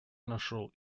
нашел